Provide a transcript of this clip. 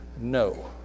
no